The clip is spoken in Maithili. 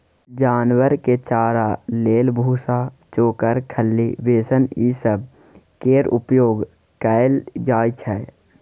जानवर के चारा लेल भुस्सा, चोकर, खल्ली, बेसन ई सब केर उपयोग कएल जाइ छै